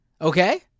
Okay